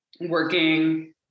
working